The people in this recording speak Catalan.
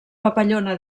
papallona